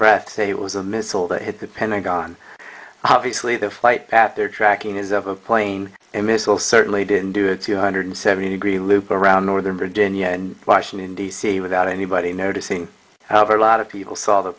breath say it was a missile that hit the pentagon obviously the flight path they're tracking is of a plane a missile certainly didn't do a two hundred seventy degree loop around northern virginia and washington d c without anybody noticing however a lot of people saw the